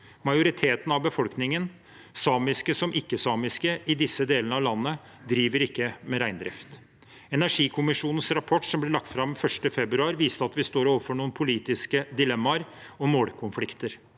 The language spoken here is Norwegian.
Majoriteten av befolkningen – samiske som ikke-samiske – i disse delene av landet driver ikke med reindrift. Energikommisjonens rapport som ble lagt fram 1. februar, viste at vi står overfor noen politiske dilemmaer og målkonflikter.